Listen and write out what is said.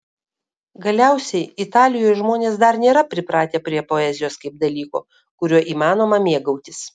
galiausiai italijoje žmonės dar nėra pripratę prie poezijos kaip dalyko kuriuo įmanoma mėgautis